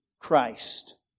Christ